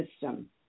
system